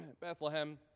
Bethlehem